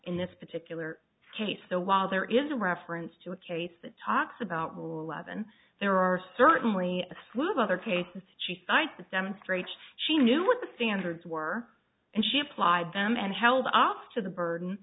in this particular case so while there is a reference to a case that talks about rule levon there are certainly a slew of other cases she cites that demonstrates she knew what the standards were and she applied them and held off to the burden